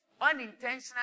unintentional